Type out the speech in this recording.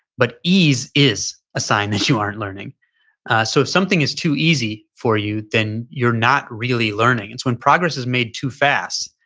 but ease is a sign that you aren't learning. so if something is too easy for you, then you're not really learning. it's when progress is made to fast,